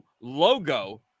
logo